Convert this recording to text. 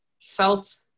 felt